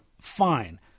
fine